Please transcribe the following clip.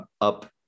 up